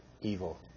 evil